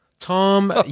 Tom